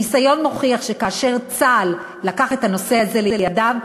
הניסיון מוכיח שכאשר צה"ל לקח את הנושא הזה לידיו,